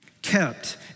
kept